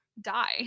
die